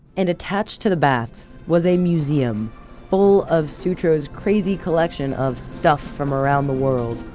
and attached to the baths was a museum full of sutro's crazy collection of stuff from around the world.